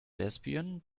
lesbian